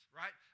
right